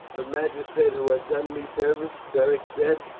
a magistrate who has done me service? beric said.